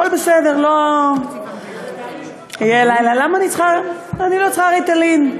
הכול בסדר, לא, יהיה לילה, קחי "ריטלין".